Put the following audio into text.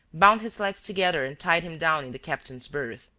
bound his legs together and tied him down in the captain's berth.